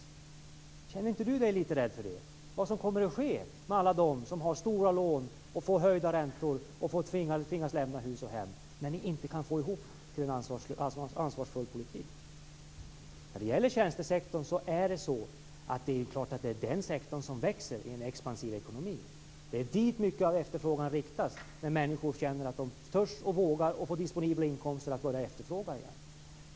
Känner sig inte Michael Stjernström litet rädd för vad som kommer att ske med alla dem som har stora lån, får höjda räntor och tvingas lämna hus och hem när ni inte kan få ihop till en ansvarsfull politik? När det gäller tjänstesektorn är det klart att det är den sektor som växer i en expansiv ekonomi. Det är dit mycket av efterfrågan riktas när människor känner att de törs, vågar och får disponibla inkomster att börja efterfråga igen.